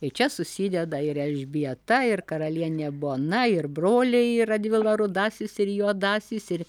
ir čia susideda ir elžbieta ir karalienė bona ir broliai radvila rudasis ir juodasis ir